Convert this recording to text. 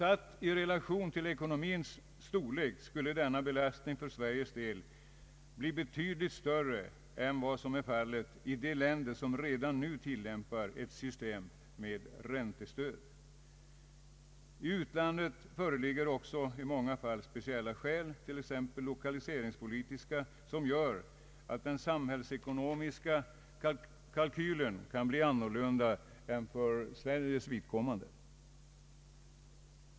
Satt i relation till ekonomins storlek skulle denna belastning för Sveriges del bli betydligt större än vad som är fallet i de länder som redan nu tillämpar ett system med räntestöd. I utlandet föreligger också i många fall speciella skäl, t.ex. lokaliseringspolitiska, som gör att den samhällsekonomiska kalkylen kan bli en annan än för svenskt vidkommande.